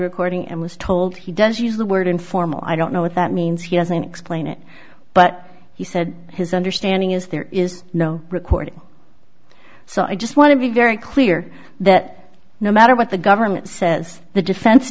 recording and was told he does use the word informal i don't know what that means he doesn't explain it but he said his understanding is there is no record so i just want to be very clear that no matter what the government says the defense